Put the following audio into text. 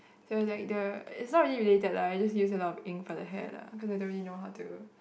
so like the is not really related lah I just use a lot of ink for the hair lah cause I don't really know how to